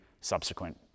subsequent